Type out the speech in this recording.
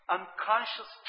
unconscious